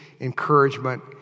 encouragement